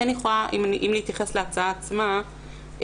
אם אני מתייחסת להצעה עצמה,